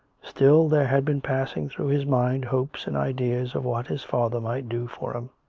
still there had been pass ing through his mind hopes and ideas of what his father might do for him.